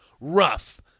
rough